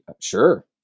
sure